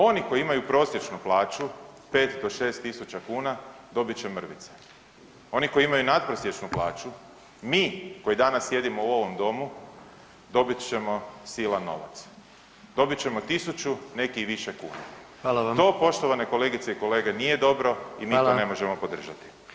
Oni koji imaju prosječnu plaću 5 do 6.000 kuna dobit će mrvice, oni koji imaju natprosječnu plaću, mi koji danas sjedimo u ovom domu dobit ćemo silan novac, dobit ćemo 1.000 neki i više kuna [[Upadica: Hvala vam.]] to poštovane kolegice i kolege nije dobro i mi to ne možemo podržati.